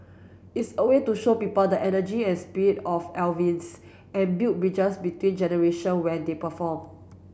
it's a way to show people the energy and spirit of Elvis and build bridges between generation when they perform